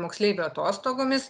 moksleivių atostogomis